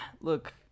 look